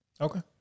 Okay